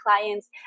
clients